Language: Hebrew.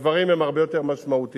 והדברים הם הרבה יותר משמעותיים.